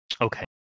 Okay